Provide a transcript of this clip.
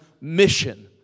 mission